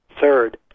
third